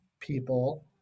people